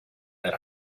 that